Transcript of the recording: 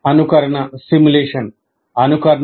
అనుకరణ నమూనా అవసరం